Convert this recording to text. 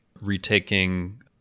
retaking